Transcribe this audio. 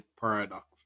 paradox